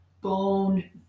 bone